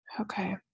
Okay